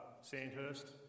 Sandhurst